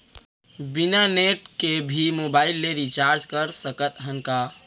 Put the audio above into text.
बिना नेट के भी मोबाइल ले रिचार्ज कर सकत हन का?